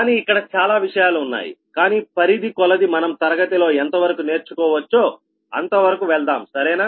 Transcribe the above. కానీ ఇక్కడ చాలా విషయాలు ఉన్నాయి కానీ పరిధి కొలది మనం తరగతిలో ఎంతవరకు నేర్చుకోవచ్చో అంతవరకు వెళ్దాం సరేనా